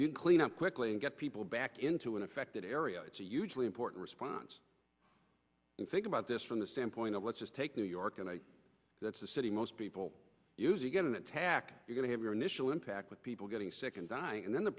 we can clean up quickly and get people back into an affected area it's a huge really important response and think about this from the standpoint of let's just take new york and that's a city most people use you get an attack you're going to have your initial impact with people getting sick and dying and then the